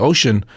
Ocean